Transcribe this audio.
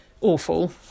awful